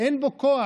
אין בו כוח.